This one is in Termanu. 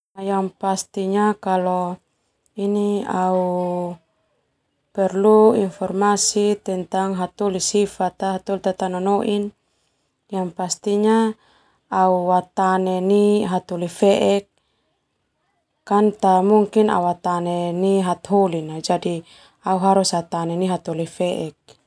Yang pastinya kalo au perlu informasi hataholi tatao nonoin sona, yang pastinya au atane nai hataholi feek tamungkin au atane nai ndia hataholi na.